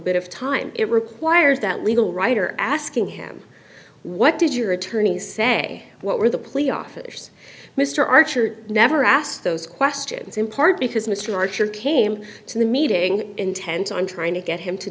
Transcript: bit of time it requires that legal writer asking him what did your attorneys say what were the police officers mr archer never asked those questions in part because mr archer came to the meeting intent on trying to get him to